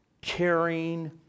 caring